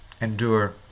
endure